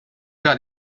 got